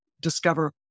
discover